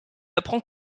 apprend